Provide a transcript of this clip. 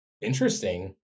Interesting